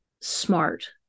smart